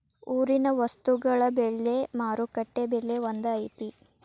ಊರಿನ ವಸ್ತುಗಳ ಬೆಲೆ ಮಾರುಕಟ್ಟೆ ಬೆಲೆ ಒಂದ್ ಐತಿ?